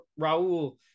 raul